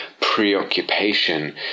preoccupation